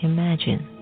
Imagine